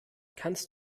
kannst